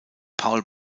paul